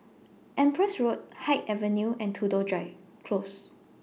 Empress Road Haig Avenue and Tudor Drive Close